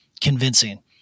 convincing